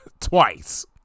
twice